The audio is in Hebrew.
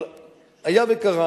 אבל היה וקרה